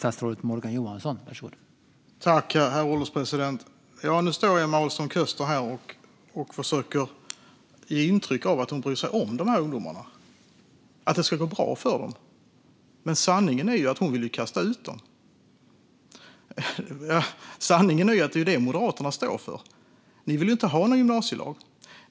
Herr ålderspresident! Nu står Emma Ahlström Köster här och försöker ge intryck av att hon bryr sig om de här ungdomarna och att det ska gå bra för dem. Sanningen är ju att hon vill kasta ut dem. Sanningen är att det är det som Moderaterna står för. Ni vill inte ha någon gymnasielag.